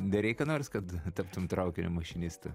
darei ką nors kad taptum traukinio mašinistu